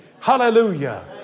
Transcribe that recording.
Hallelujah